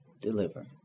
deliver